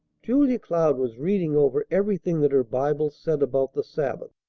julia cloud was reading over everything that her bible said about the sabbath,